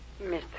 Mr